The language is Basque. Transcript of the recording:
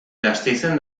gasteizen